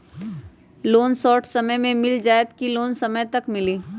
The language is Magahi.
लोन शॉर्ट समय मे मिल जाएत कि लोन समय तक मिली?